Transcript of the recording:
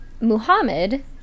muhammad